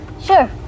Sure